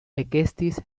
ekestis